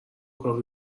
کافی